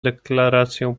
deklarację